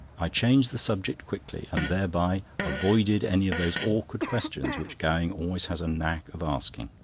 i changed the subject quickly, and thereby avoided any of those awkward questions which gowing always has a knack of asking.